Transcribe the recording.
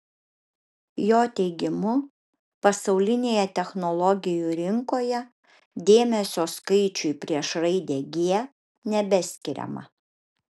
jo teigimu pasaulinėje technologijų rinkoje dėmesio skaičiui prieš raidę g nebeskiriama